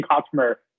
customer